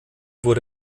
wurde